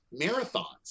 marathons